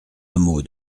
hameau